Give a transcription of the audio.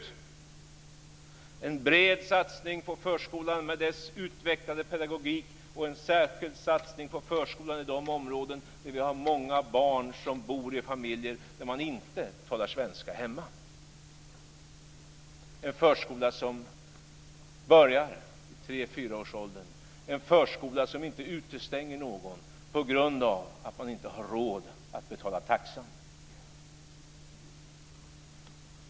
Vi vill göra en bred satsning på förskola med dess utvecklade pedagogik och en särskild satsning på förskolan i de områden där det finns många barn som bor i familjer där man inte talar svenska hemma, en förskola som börjar i tre-fyra-årsåldern, en förskola som inte utestänger någon på grund av man inte har råd att betala taxan.